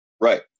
Right